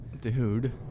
Dude